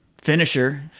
finisher